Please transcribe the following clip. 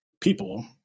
people